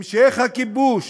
המשך הכיבוש